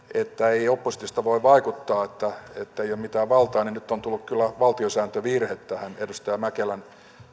ei ei oppositiosta voi vaikuttaa että ei ole mitään valtaa niin nyt on kyllä tullut valtiosääntövirhe tähän edustaja mäkelän